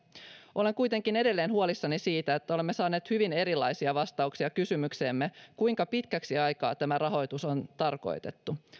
olen kuitenkin edelleen huolissani siitä että olemme saaneet hyvin erilaisia vastauksia kysymykseemme kuinka pitkäksi aikaa tämä rahoitus on tarkoitettu